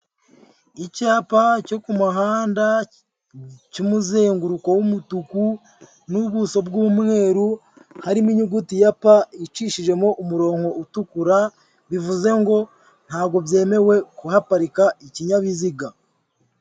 Icyapa cyo ku muhanda cy'umuzenguruko w'umutuku n'ubuso bw'umweru, harimo inyuguti ya P icishijemo umurongo utukura, bivuze ngo "ntabwo byemewe kuhaparika ikinyabiziga."